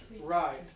Right